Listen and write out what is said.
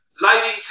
lighting